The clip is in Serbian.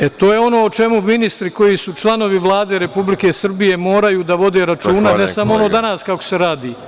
E, to je ono o čemu ministri koji su članovi Vlade Republike Srbije moraju da vode računa, ne samo ono danas kako se radi.